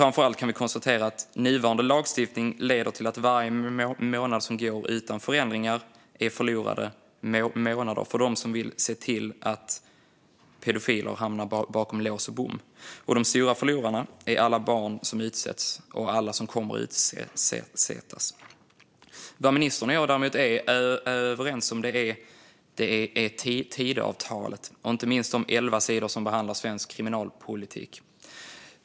Framför allt kan vi konstatera att nuvarande lagstiftning innebär att varje månad som går utan förändringar är en förlorad månad för dem som vill se till att pedofiler hamnar bakom lås och bom. De stora förlorarna är alla barn som utsätts och kommer att utsättas. Vad ministern och jag däremot är överens om är Tidöavtalet och inte minst de elva sidor som behandlar svensk kriminalpolitik.